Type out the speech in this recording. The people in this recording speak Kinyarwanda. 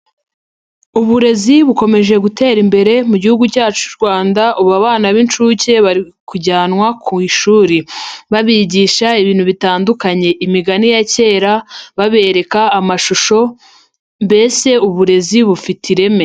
Uburezi bukomeje gutera imbere mu gihugu cyacu cy'u Rwanda, ubu abana b'inshuke bari kujyanwa ku ishuri, babigisha ibintu bitandukanye. Imigani ya kera, babereka amashusho mbese uburezi bufite ireme.